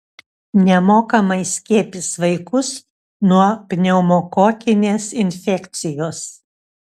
nemokamai skiepys vaikus nuo pneumokokinės infekcijos